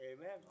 Amen